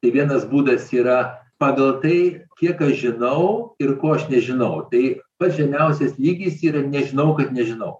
tai vienas būdas yra pagal tai kiek aš žinau ir ko aš nežinau tai pats žemiausias lygis yra nežinau kad nežinau